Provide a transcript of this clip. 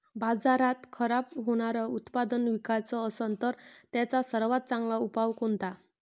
बाजारात खराब होनारं उत्पादन विकाच असन तर त्याचा सर्वात चांगला उपाव कोनता?